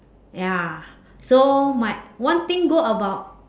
ya so my one thing good about